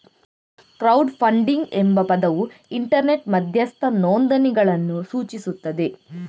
crowd funding ಎಂಬ ಪದವು internet ಮಧ್ಯಸ್ಥ ನೋಂದಣಿಗಳನ್ನು ಸೂಚಿಸುತ್ತದೆ